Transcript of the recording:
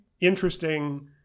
interesting